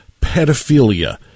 Pedophilia